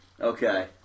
Okay